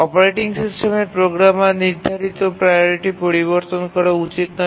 operating সিস্টেমের programmer নির্ধারিত priority পরিবর্তন করা উচিত নয়